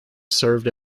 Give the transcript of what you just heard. served